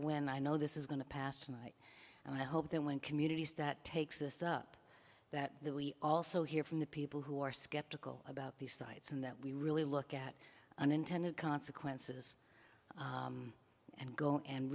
when i know this is going to pass tonight and i hope that when communities that takes us up that that we also hear from the people who are skeptical about these sites and that we really look at unintended consequences and go and